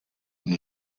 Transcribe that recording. new